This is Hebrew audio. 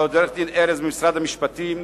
לעורך-הדין ארז קמיניץ ממשרד המשפטים,